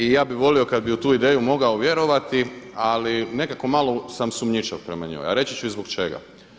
I ja bih volio kad bi u tu ideju mogao vjerovati, ali nekako malo sam sumnjičav prema njoj, a reći ću i zbog čega.